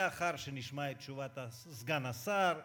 לאחר שנשמע את תשובת סגן השר,